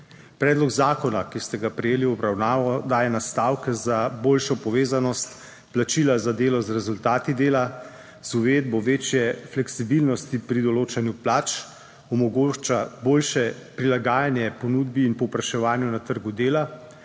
Predlog zakona, ki ste ga prejeli v obravnavo, daje nastavke za boljšo povezanost plačila za delo z rezultati dela z uvedbo večje fleksibilnosti pri določanju plač, omogoča boljše prilagajanje ponudbi in povpraševanju na trgu dela,